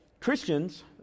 Christians